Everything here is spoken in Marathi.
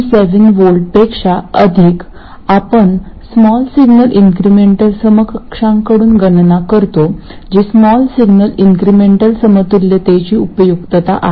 7V पेक्षा अधिक आपण स्मॉल सिग्नल इंक्रीमेंटल समकक्षांकडून गणना करतो जी स्मॉल सिग्नल इंक्रीमेंटल समतुल्यतेची उपयुक्तता आहे